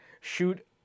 shoot